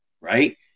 Right